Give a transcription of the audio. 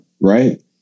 right